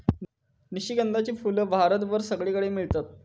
निशिगंधाची फुला भारतभर सगळीकडे मेळतत